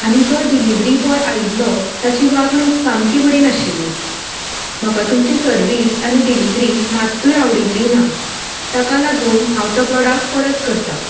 आनी जो delivery boy आयिल्लो ताची वागणूक सामकी बरी नाशिल्ली म्हाका तुमची सर्वीस आनी डिल्हीवरी मात्तूय आवडिल्ली ना ताका लागून हांव तो प्रोडाक्ट परत करतां